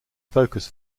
focus